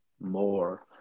more